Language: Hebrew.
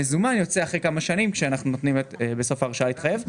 המזומן יוצא אחרי כמה שנים כשאנחנו נותנים בסוף ההרשאה להתחייב.